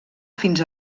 fins